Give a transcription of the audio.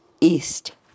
East